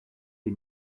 des